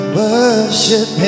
worship